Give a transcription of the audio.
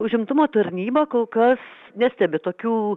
užimtumo tarnyba kol kas nestebi tokių